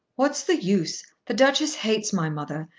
what's the use? the duchess hates my mother,